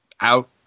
out